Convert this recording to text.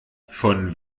von